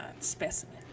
specimen